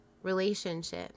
relationship